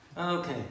Okay